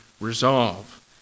resolve